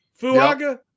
Fuaga